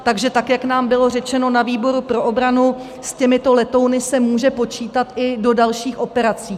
Takže tak jak nám bylo řečeno na výboru pro obranu, s těmito letouny se může počítat i do dalších operací.